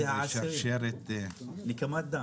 משפחת חסארמה, כן, זה שרשרת --- נקמת דם.